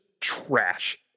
trash